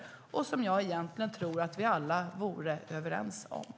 Det tror jag att vi alla egentligen är överens om.